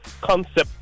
concept